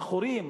הבחורים,